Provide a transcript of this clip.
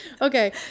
Okay